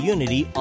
Unity